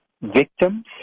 victims